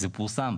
זה פורסם.